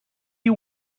you